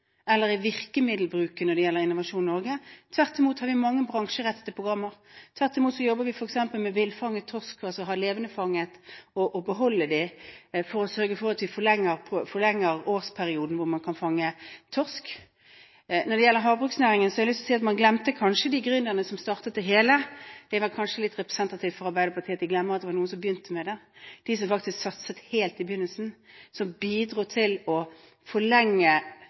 eller i virkemiddelbruken når det gjelder Innovasjon Norge. Tvert imot har vi mange bransjerettede programmer. Tvert imot jobber vi f.eks. med villfanget torsk – ved å ha levendefanget fisk og beholde den – for å sørge for at vi forlenger årsperioden hvor man kan fange torsk. Når det gjelder havbruksnæringen, har jeg lyst til å si at man kanskje glemte de gründerne som startet det hele. Det er vel kanskje litt representativt for Arbeiderpartiet at de glemmer at det var noen som begynte med det. De som faktisk satset helt i begynnelsen, som bidro til å forlenge